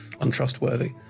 untrustworthy